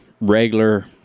regular